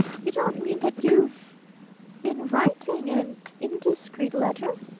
you don't mean that you've been writing an indiscreet letter?